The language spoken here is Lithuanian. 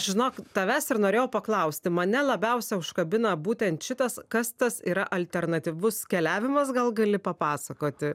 žinok tavęs ir norėjau paklausti mane labiausia užkabina būtent šitas kas tas yra alternatyvus keliavimas gal gali papasakoti